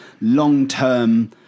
long-term